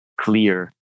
clear